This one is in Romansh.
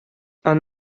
han